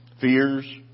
Fears